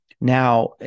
Now